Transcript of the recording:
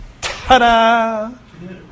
ta-da